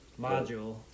module